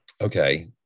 Okay